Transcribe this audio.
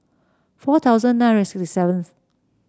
four thousand nine hundred sixty seventh